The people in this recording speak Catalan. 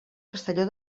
castelló